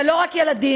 זה לא רק ילדים,